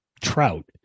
trout